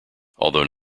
although